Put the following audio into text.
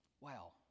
wow